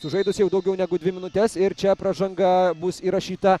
sužaidus jau daugiau negu dvi minutes ir čia pražanga bus įrašyta